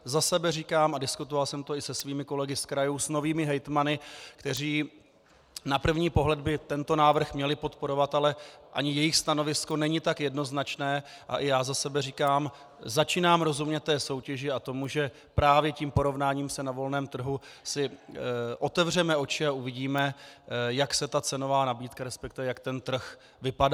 Za sebe říkám, a diskutoval jsem to i se svými kolegy z krajů, s novými hejtmany, kteří na první pohled by tento návrh měli podporovat, ale ani jejich stanovisko není tak jednoznačné, a i já za sebe říkám, začínám rozumět té soutěži a tomu, že právě tím porovnáním na volném trhu otevřeme oči a uvidíme, jak se cenová nabídka, resp. jak ten trh vypadá.